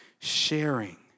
sharing